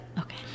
okay